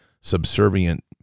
subservient